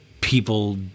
people